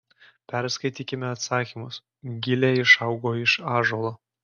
perskaitykime atsakymus gilė išaugo iš ąžuolo